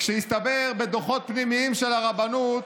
כשהסתבר בדוחות פנימיים של הרבנות